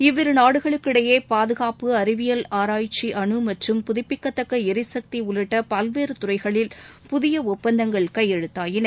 இவ்விரு நாடுகளுக்கு இடையே பாதுகாப்பு அறிவியல் ஆராய்ச்சி அணு மற்றும் புதுப்பிக்கத்தக்க எரிசக்தி உள்ளிட்ட பல்வேறு துறைகளில் புதிய ஒப்பந்தங்கள் கையெழுத்தாகின